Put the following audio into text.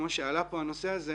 כמו שעלה פה הנושא הזה,